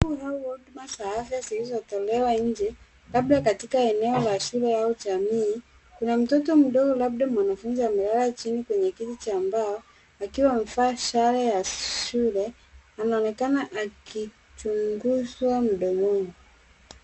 Huduma za afya zilizotolewa nje, labda katika eneo la shule au jamii. Kuna mtoto mdogo labda mwanafunzi amelala chini kwenye kiti cha mbao akiwa amevaa sare za shule anaonekana akichunguzwa mdomoni.